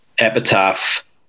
epitaph